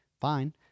fine